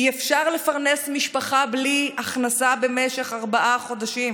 אי-אפשר לפרנס משפחה בלי הכנסה במשך ארבעה חודשים.